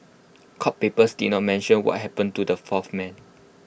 court papers did not mention what happened to the fourth man